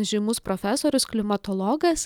žymus profesorius klimatologas